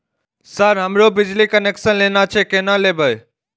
Sir हमरो बिजली connection लेना छे केना लेबे?